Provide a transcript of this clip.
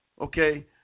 Okay